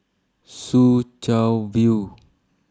Soo Chow View